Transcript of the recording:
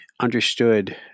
understood